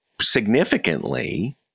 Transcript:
significantly